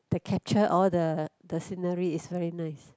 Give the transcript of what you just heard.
the capture all the the scenery is very nice